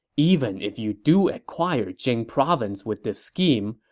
even if you do acquire jing province with this scheme,